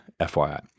FYI